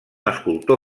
escultor